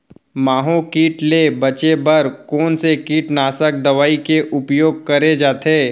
माहो किट ले बचे बर कोन से कीटनाशक दवई के उपयोग करे जाथे?